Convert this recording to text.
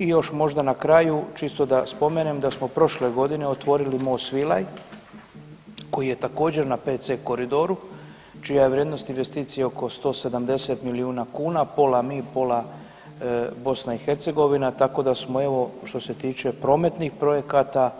I još možda na kraju čisto da spomenem da smo prošle godine otvorili most Svilaj koji je također na 5C koridoru čija je vrijednost investicije oko 170 milijuna kuna, pola mi, pola BiH tako da smo evo što se tiče prometnih projekata